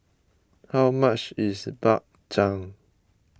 how much is Bak Chang